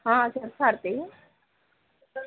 చెప్పు హారతి